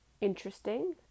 interesting